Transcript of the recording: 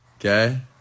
Okay